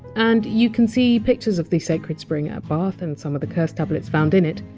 and you can see pictures of the sacred spring at bath, and some of the curse tablets found in it,